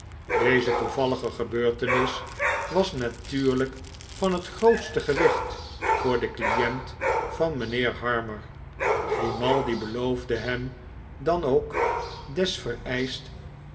deze toevallige gebeurtenis was natuurlijk van het hoogste gewicht voor den client van mijnheer harmer grimaldi beloofde hem dan ook des vereischt